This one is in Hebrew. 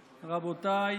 רבותיי,